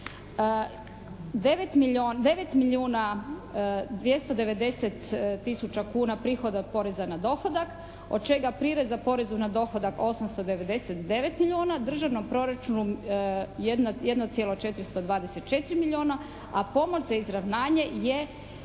290 tisuća kuna prihoda od poreza na dohodak od čega prireza poreza na dohodak 899 milijuna, državnom proračunu 1,424 milijuna, a pomoć za izravnanje je